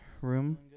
room